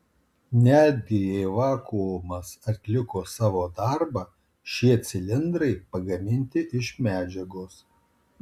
netgi jei vakuumas atliko savo darbą šie cilindrai pagaminti iš medžiagos